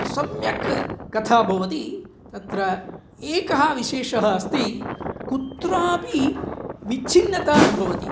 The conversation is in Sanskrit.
सम्यक् कथा भवति तत्र एकः विशेषः अस्ति कुत्रापि विच्छिन्नता न भवति